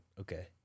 Okay